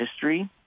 history